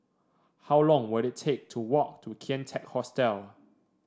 how long will it take to walk to Kian Teck Hostel